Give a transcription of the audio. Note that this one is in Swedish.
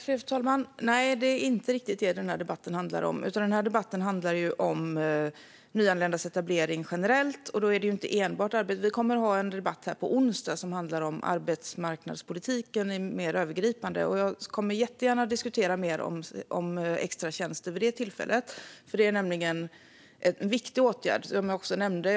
Fru talman! Nej, det är inte riktigt det den här debatten handlar om. Den här debatten handlar om nyanländas etablering generellt, och då gäller det inte enbart arbete. Vi kommer att ha en debatt här på onsdag som handlar om arbetsmarknadspolitiken mer övergripande. Jag kommer jättegärna att diskutera mer om extratjänster vid det tillfället. Det är nämligen en viktig åtgärd, som jag också nämnde.